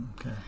Okay